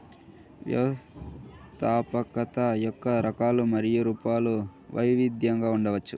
వ్యవస్థాపకత యొక్క రకాలు మరియు రూపాలు వైవిధ్యంగా ఉండవచ్చు